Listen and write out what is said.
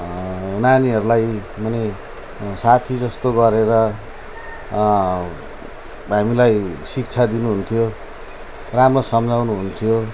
नानीहरूलाई माने साथी जस्तो गरेर हामीलाई शिक्षा दिनुहुन्थ्यो राम्रो सम्झाउनुहुन्थ्यो